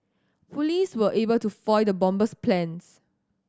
police were able to foil the bomber's plans